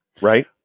Right